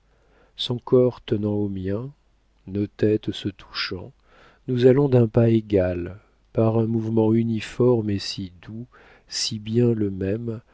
son corps tenant au mien nos têtes se touchant nous allons d'un pas égal par un mouvement uniforme et si doux si bien le même